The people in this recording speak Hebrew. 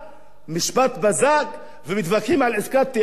משפט בזק ומתווכחים על עסקת טיעון?